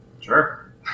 Sure